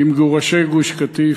ממגורשי גוש-קטיף,